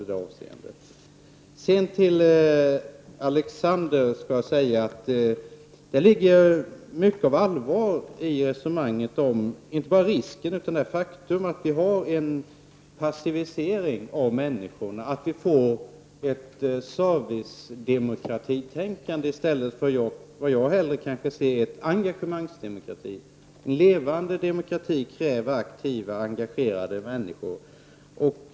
Till Alexander Chrisopoulos skall jag säga att det ligger mycket av allvar i resonemanget om inte bara risken för utan det faktum att det sker en passivisering av människorna, att vi får ett servicedemokratitänkande i stället för vad jag hellre ser, nämligen engagemangsdemokrati. En levande demokrati kräver aktiva engagerade människor.